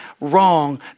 wrong